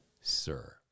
sir